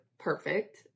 perfect